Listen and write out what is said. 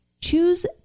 choose